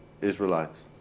Israelites